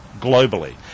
globally